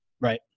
Right